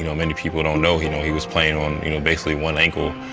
you know many people don't know he know he was playing on you know basically one ankle,